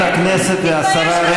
יא חתיכת שקשוקה?